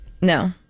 No